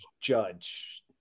judge